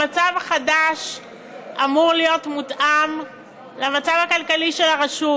המצב החדש אמור להיות מותאם למצב הכלכלי של הרשות,